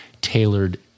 tailored